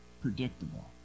predictable